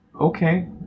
Okay